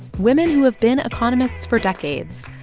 women who have been economists for decades,